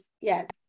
Yes